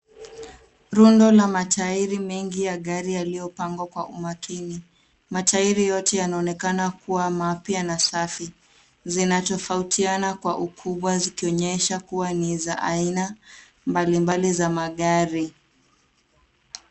Rundo la matairi mengi ya gari yaliopangwa kwa umakini. Matairi yote yanaonekana kuwa mapya na safi. Zinatofautiana kwa ukubwa zikionyesha kuwa ni za aina mbalimbali za magari.